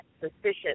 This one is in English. sufficient